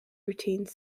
routines